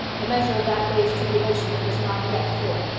the measure of that day's tribulations was not yet full.